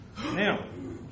Now